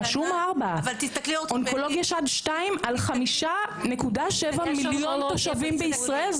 רשום 4. אונקולוגיה שד 2 על 5.7 מיליון תושבים בישראל.